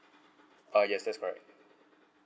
uh yes that's correct